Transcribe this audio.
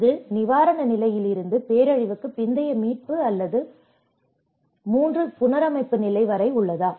இது நிவாரண நிலையிலிருந்து பேரழிவுக்குப் பிந்தைய மீட்பு அல்லது மூன்று புனரமைப்பு நிலை வரை உள்ளதா